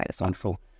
Wonderful